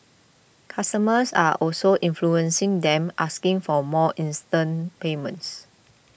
customers are also influencing them asking for more instant payments